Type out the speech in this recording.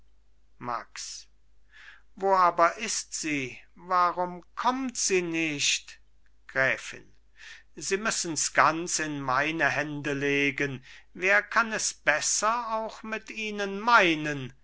max wo aber ist sie warum kommt sie nicht gräfin sie müssens ganz in meine hände legen wer kann es besser auch mit ihnen meinen